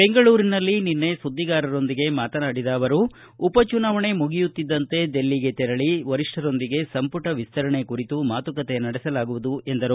ಬೆಂಗಳೂರಿನಲ್ಲಿ ನಿನ್ನೆ ಸುದ್ದಿಗಾರರೊಂದಿಗೆ ಮಾತನಾಡಿದ ಅವರು ಉಪ ಚುನಾವಣೆ ಮುಗಿಯುತ್ತಿದ್ದಂತೆ ದಿಲ್ಲಿಗೆ ತೆರಳಿ ವರಿಷ್ಠರೊಂದಿಗೆ ಸಂಪುಟ ವಿಸ್ತರಣೆ ಕುರಿತು ಮಾತುಕತೆ ನಡೆಸಲಾಗುವುದು ಎಂದರು